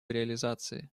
реализации